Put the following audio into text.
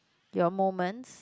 your moments